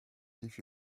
leave